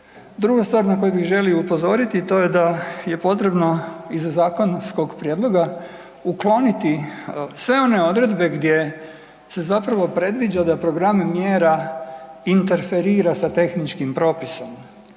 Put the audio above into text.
Druga stvar na koju bih želio upozoriti, to je da je potrebno iza zakonskog prijedloga ukloniti sve one odredbe gdje se zapravo predviđa da programe mjera interferira sa tehničkim propisom.